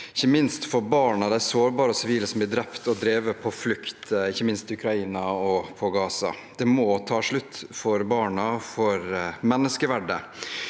ikke minst for barna, de sårbare og sivile som blir drept og drevet på flukt i Ukraina og på Gaza. Det må ta slutt – for barna, for menneskeverdet.